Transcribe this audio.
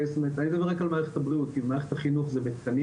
אני מדבר רק על מערכת הבריאות כי מערכת החינוך זה בתקנים